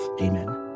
amen